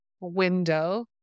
window